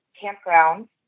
campground